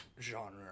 genre